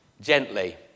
gently